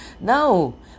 No